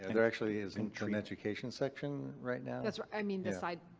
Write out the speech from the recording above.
there actually isn't an education section right now. that's right. i mean the side,